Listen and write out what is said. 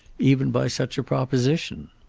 even by such a proposition.